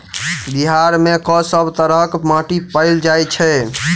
बिहार मे कऽ सब तरहक माटि पैल जाय छै?